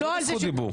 את לא ברשות דיבור.